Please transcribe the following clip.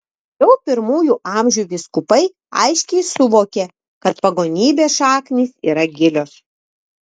jau pirmųjų amžių vyskupai aiškiai suvokė kad pagonybės šaknys yra gilios